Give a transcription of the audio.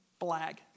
Blag